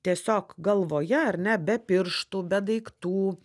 tiesiog galvoje ar ne be pirštų be daiktų